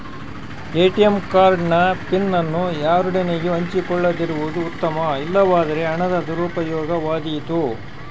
ATM card ನ PIN ಅನ್ನು ಯಾರೊಡನೆಯೂ ಹಂಚಿಕೊಳ್ಳದಿರುವುದು ಉತ್ತಮ, ಇಲ್ಲವಾದರೆ ಹಣದ ದುರುಪಯೋಗವಾದೀತು